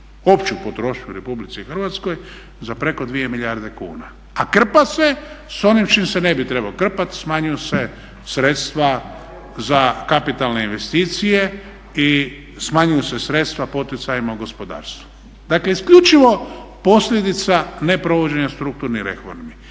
opću potrošnju u Republici Hrvatskoj za preko 2 milijarde kuna, a krpa se s onim s čim se ne bi trebao krpat, smanjuju se sredstva za kapitalne investicije i smanjuju se sredstva poticajima u gospodarstvu. Dakle isključivo posljedica neprovođenja strukturnih reformi.